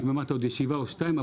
אמרת עוד ישיבה או שתיים,